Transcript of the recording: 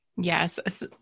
Yes